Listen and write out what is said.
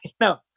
No